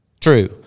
True